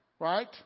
Right